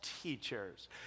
teachers